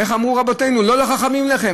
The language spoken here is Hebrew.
איך אמרו רבותינו: "לא לחכמים לחם".